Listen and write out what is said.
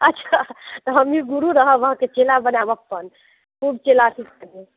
अच्छा तऽ हमही गुरु रहब अहाँकेँ चेला बनायब अपन खूब चेला सुख करब